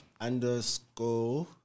underscore